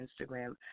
Instagram